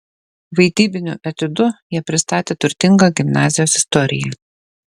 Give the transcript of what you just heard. vaidybiniu etiudu jie pristatė turtingą gimnazijos istoriją